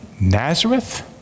Nazareth